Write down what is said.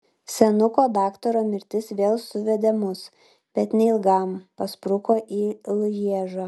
senuko daktaro mirtis vėl suvedė mus bet neilgam paspruko į lježą